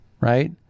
right